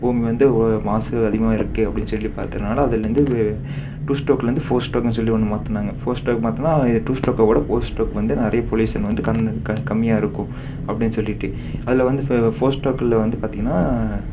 பூமி வந்து ஒரு மாசு அதிகமாக இருக்கே அப்படின்னு சொல்லி பார்த்ததுனால அதுலேருந்து டூ ஸ்டோக்லேருந்து ஃபோர் ஸ்டோக்குன்னு சொல்லி ஒன்று மாற்றினாங்க ஃபோர்ஸ்டோக் மாற்றினா அது டூ ஸ்டோக்கோட ஃபோர் ஸ்டோக் வந்து நிறைய பொல்யூஷன் வந்து கண் து க கம்மியாக இருக்கும் அப்படின்னு சொல்லிவிட்டு அதில் வந்து ஃபோர் ஸ்டோக்கில் வந்து பார்த்தீங்கன்னா